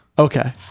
Okay